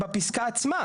בפסקה עצמה.